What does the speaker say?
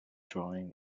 drawing